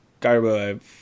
garbo